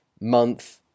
Month